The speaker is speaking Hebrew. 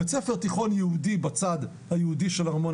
בית-ספר תיכון יהודי בצד היהודי של ארמון